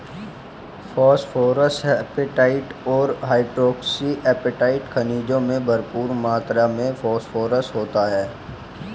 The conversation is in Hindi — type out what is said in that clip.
फोस्फोएपेटाईट और हाइड्रोक्सी एपेटाईट खनिजों में भरपूर मात्र में फोस्फोरस होता है